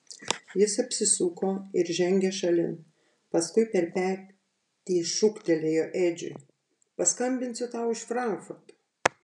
jis apsisuko ir žengė šalin paskui per petį šūktelėjo edžiui paskambinsiu tau iš frankfurto